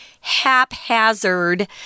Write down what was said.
haphazard